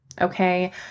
Okay